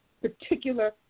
particular